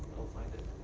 find it.